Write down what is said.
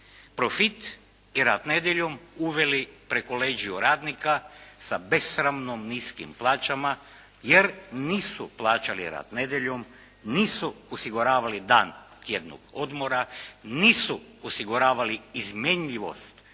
profit i rad nedjeljom uveli preko leđa radnika sa besramno niskim plaćama jer nisu plaćali rad nedjeljom, nisu osiguravali dan tjednog odmora, nisu osiguravali izmjenjivost